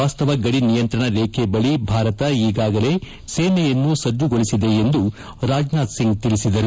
ವಾಸ್ತವ ಗಡಿ ನಿಯಂತ್ರಣ ರೇಖೆ ಬಳಿ ಭಾರತ ಈಗಾಗಲೇ ಸೇನೆಯನ್ನು ಸಜ್ಜು ಗೊಳಿಸಿದೆ ಎಂದು ರಾಜ್ನಾಥ್ ಸಿಂಗ್ ತಿಳಿಸಿದರು